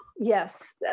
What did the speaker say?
Yes